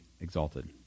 exalted